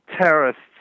terrorists